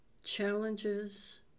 Challenges